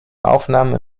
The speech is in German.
aufnahmen